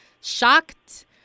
shocked